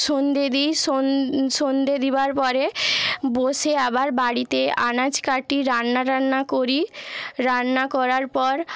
সন্ধ্যে দিই সন্ধ্যে দেবার পরে বসে আবার বাড়িতে আনাজ কাটি রান্না টান্না করি রান্না করার পর